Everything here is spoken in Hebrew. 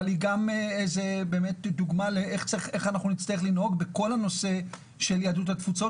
אבל היא גם דוגמה איך נצטרך לנהוג בכל הנשוא של יהדות התפוצות